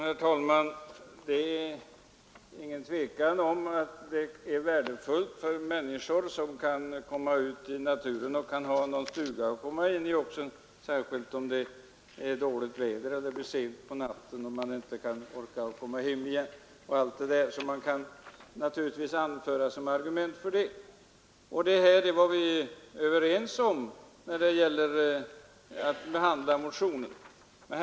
Herr talman! Det är ingen tvekan om att det är värdefullt för människor att vistas i naturen och att ha en stuga att komma in i, särskilt om det är dåligt väder eller om det är sent på natten och man inte orkar ta sig hem igen. Allt det där kan man anföra som argument. Det var vi överens om när vi behandlade motionen i utskottet.